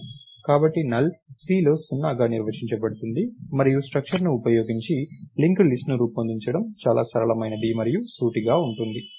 కాబట్టి null Cలో 0గా నిర్వచించబడుతుంది మరియు స్ట్రక్చర్ ను ఉపయోగించి లింక్డ్ లిస్ట్ ను రూపొందించడం చాలా సరళమైనది మరియు సూటిగా ఉంటుంది